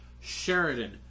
Sheridan